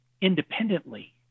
independently